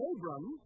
Abram